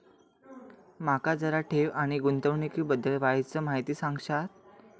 माका जरा ठेव आणि गुंतवणूकी बद्दल वायचं माहिती सांगशात?